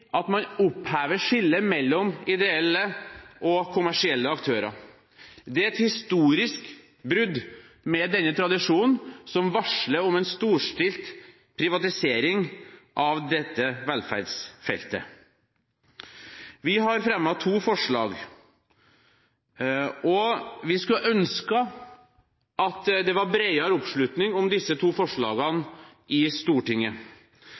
at man opphever skillet mellom ideelle og kommersielle aktører. Det er et historisk brudd med denne tradisjonen, som varsler om en storstilt privatisering av dette velferdsfeltet. Vi har fremmet to forslag, og vi skulle ha ønsket at det var bredere oppslutning om disse to forslagene i Stortinget.